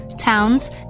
towns